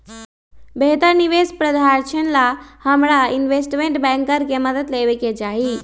बेहतर निवेश प्रधारक्षण ला हमरा इनवेस्टमेंट बैंकर के मदद लेवे के चाहि